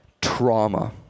Trauma